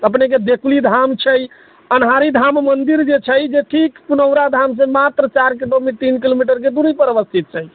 अपनेके बेकुली धाम छै अन्हारी धाम मन्दिर जे छै जे ठीक पुनौरा धामसँ मात्र चार किलोमीटर तीन किलोमीटरके दूरीपर अवस्थित छै